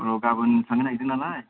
र' गामोन थांनो नागिरदों नालाय